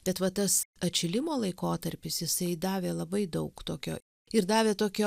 bet va tas atšilimo laikotarpis jisai davė labai daug tokio ir davė tokio